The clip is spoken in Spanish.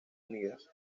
unidas